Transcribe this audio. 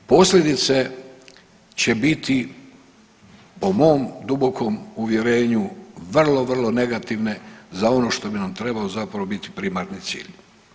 Posljedice će biti po mom dubokom uvjerenju vrlo, vrlo negativne za ono što bi nam trebao zapravo biti primarni cilj.